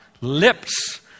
Lips